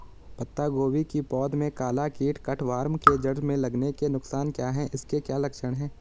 पत्ता गोभी की पौध में काला कीट कट वार्म के जड़ में लगने के नुकसान क्या हैं इसके क्या लक्षण हैं?